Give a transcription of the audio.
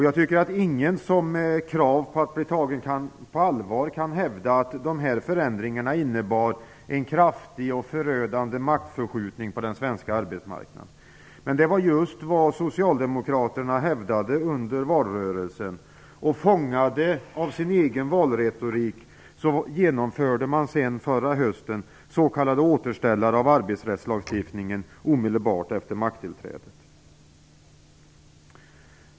Jag tycker att ingen med krav på att bli tagen på allvar kan hävda att de här förändringarna innebar en kraftig och förödande maktförskjutning på den svenska arbetsmarknaden. Det var just vad socialdemokraterna hävdade under valrörelsen. Fångade av sin egen valretorik genomförde man förra hösten omedelbart efter makttillträdet s.k. återställare av arbetsrättslagstiftningen.